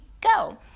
go